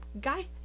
guy